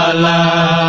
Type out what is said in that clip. ah la